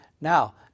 Now